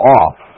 off